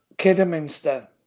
Kidderminster